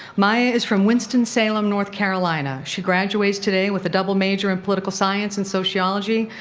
maya is from winston-salem, north carolina. she graduates today with a double major in political science and sociology,